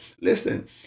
listen